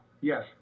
Yes